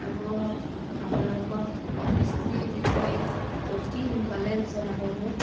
আৰু আপোনালোকৰ অফিচিৰ বিষয়ে অতি সোনকালে জনাব মোক